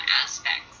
aspects